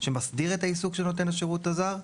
שהוא מסדיר את העסוק שנותן השירות הזר,